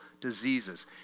diseases